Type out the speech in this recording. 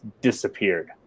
disappeared